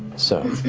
so,